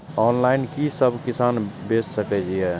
Online कि सब किसान बैच सके ये?